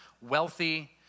wealthy